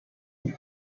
die